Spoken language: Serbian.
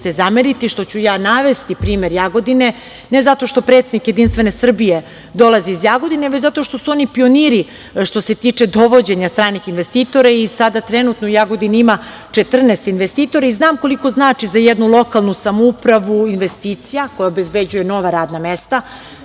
što ću navesti primer Jagodine, ne zato što predsednik JS dolazi iz Jagodine, već zato što su oni pioniri što se tiče dovođenja stranih investitora i sada trenutno u Jagodini ima 14 investitora. Znam koliko znači za jednu lokalnu samoupravu investicija koja obezbeđuje nova radna